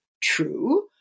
True